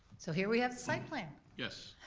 so here we have the site plan. yes.